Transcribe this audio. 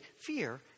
fear